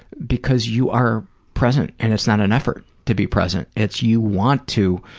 because you are present and it's not an effort to be present. it's, you want to,